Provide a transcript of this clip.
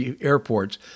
airports